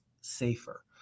safer